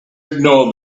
ignore